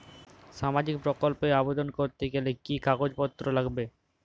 সামাজিক প্রকল্প এ আবেদন করতে গেলে কি কাগজ পত্র লাগবে?